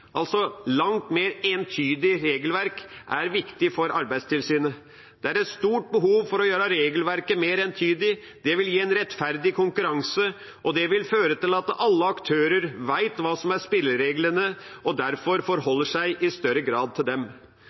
mer entydig. Det vil gi en rettferdig konkurranse, og det vil føre til at alle aktører vet hva som er spillereglene, og derfor forholder seg til dem i større grad. Det er også viktig å få et bedre lovgrunnlag for Arbeidstilsynet. Jeg viser bl.a. til